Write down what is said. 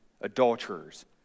adulterers